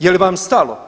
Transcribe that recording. Jel vam stalo?